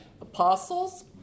apostles